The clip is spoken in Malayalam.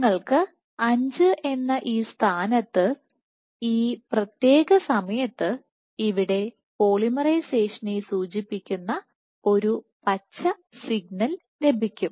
നിങ്ങൾക്ക് 5 എന്ന ഈ സ്ഥാനത്ത് ഈ പ്രത്യേക സമയത്ത് ഇവിടെ പോളിമറൈസേഷനെ സൂചിപ്പിക്കുന്ന ഒരു പച്ച സിഗ്നൽ ലഭിക്കും